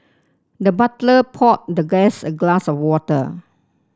the butler poured the guest a glass of water